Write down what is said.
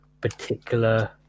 particular